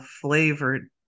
flavored